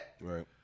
right